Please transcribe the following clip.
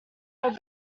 were